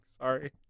sorry